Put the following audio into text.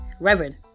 Reverend